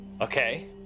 Okay